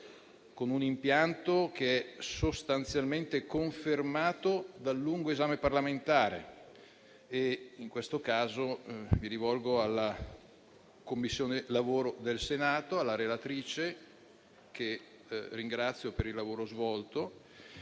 con un impianto che è sostanzialmente confermato dal lungo esame parlamentare; in questo caso mi rivolgo alla Commissione lavoro del Senato e alla relatrice, che ringrazio per il lavoro svolto.